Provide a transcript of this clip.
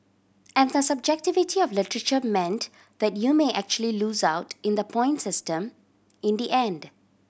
and the subjectivity of literature meant that you may actually lose out in the point system in the end